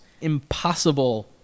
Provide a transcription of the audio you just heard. Impossible